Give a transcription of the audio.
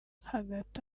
hagati